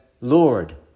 Lord